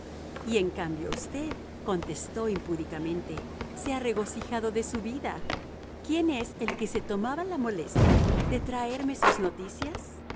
y en cambio usted contestó impúdicamente se ha regocijado de su vida quién es el que se tomaba la molestia de traerme sus noticias